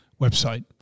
website